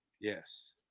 Yes